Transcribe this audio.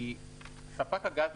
כי ספק הגז,